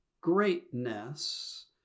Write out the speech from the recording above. greatness